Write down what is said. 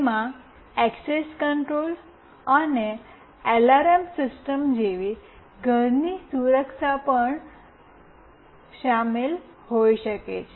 તેમાં access control અને alarm system જેવી ઘરની સુરક્ષા પણ શામેલ હોઈ શકે છે